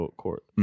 court